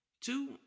Two